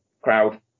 crowd